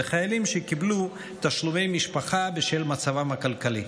וחיילים שקיבלו תשלומי משפחה בשל מצבם הכלכלי.